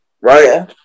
right